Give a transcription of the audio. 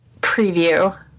preview